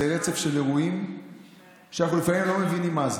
זה רצף של אירועים שאנחנו לפעמים לא מבינים מה זה.